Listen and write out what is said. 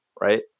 right